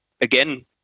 again